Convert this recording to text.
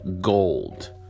gold